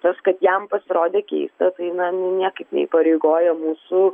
tas kad jam pasirodė keista tai na niekaip neįpareigoja mūsų